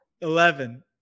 Eleven